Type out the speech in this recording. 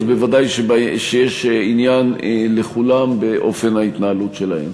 ודאי שיש עניין לכולם באופן ההתנהלות שלהם.